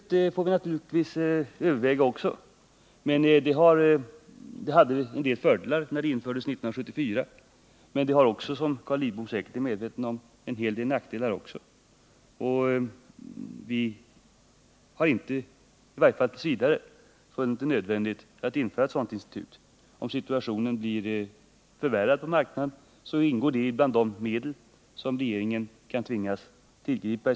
Vi får naturligtvis också överväga behovet av ett clearinginstitut. Det hade en del fördelar när det infördes år 1974, men det har också som Carl Lidbom säkerligen är medveten om en hel del nackdelar. Vi har inte, i varje fall t. v., funnit det nödvändigt att införa ett sådant institut. Om situationen blir förvärrad på marknaden, ingår det bland de medel som regeringen kan tvingas tillgripa.